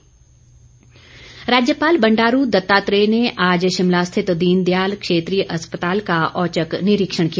राज्यपाल राज्यपाल बंडारू दत्तात्रेय ने आज शिमला स्थित दीन दयाल क्षेत्रीय अस्पताल का औचक निरिक्षण किया